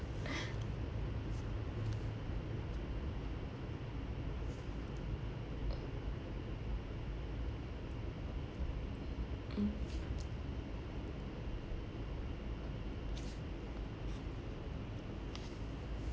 mm